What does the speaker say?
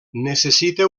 necessita